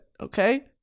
Okay